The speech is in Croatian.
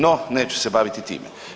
No, neću se baviti time.